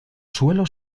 suelo